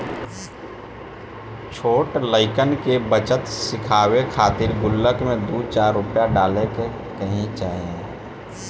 छोट लइकन के बचत सिखावे खातिर गुल्लक में दू चार रूपया डाले के कहे के चाही